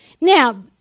Now